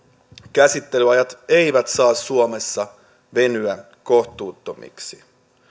käsittelyajat eivät saa suomessa venyä kohtuuttomiksi